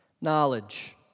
Knowledge